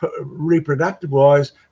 reproductive-wise